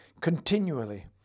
continually